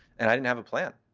and i didn't have a plan.